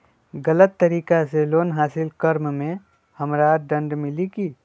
गलत तरीका से लोन हासिल कर्म मे हमरा दंड मिली कि?